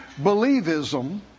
believism